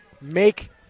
Make